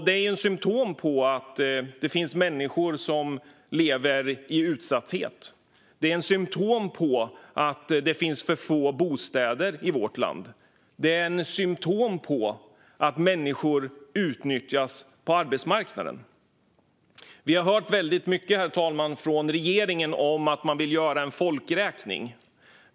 De är ett symtom på att det finns människor som lever i utsatthet, på att det finns för få bostäder i vårt land och på att människor utnyttjas på arbetsmarknaden. Herr talman! Vi har hört väldigt mycket från regeringen om att man vill göra en folkräkning.